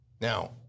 Now